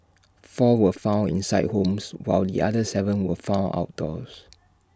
four were found inside homes while the other Seven were found outdoors